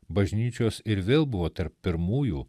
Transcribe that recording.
bažnyčios ir vėl buvo tarp pirmųjų